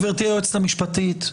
גברתי היועצת המשפטית,